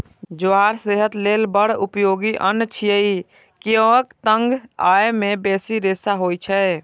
ज्वार सेहत लेल बड़ उपयोगी अन्न छियै, कियैक तं अय मे बेसी रेशा होइ छै